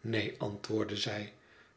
neen antwoordde zij